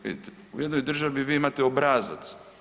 Vidite, u jednoj državi vi imate obrazac.